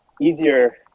easier